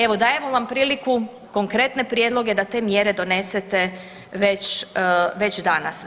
Evo dajemo vam priliku konkretne prijedloge da te mjere donesete već danas.